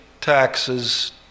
taxes